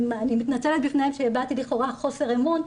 ואני מתנצלת בפניהם שהבעתי לכאורה חוסר אמון,